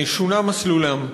שוּנה מסלולם.